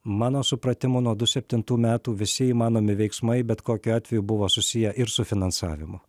mano supratimu nuo du septintų metų visi įmanomi veiksmai bet kokiu atveju buvo susiję ir su finansavimu